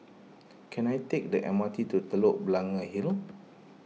can I take the M R T to Telok Blangah Hill